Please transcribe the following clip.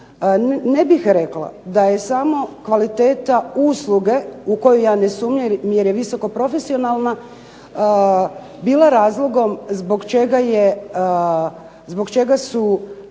Ne bih rekla da je samo kvaliteta usluge u koju ja ne sumnjam jer je visoko profesionalna, bila razlogom zbog čega su